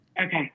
Okay